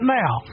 now